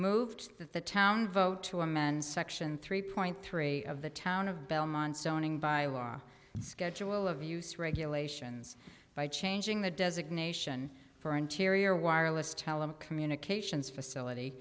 with the town vote to amend section three point three of the town of belmont zoning by law the schedule of use regulations by changing the designation for interior wireless telecommunications facility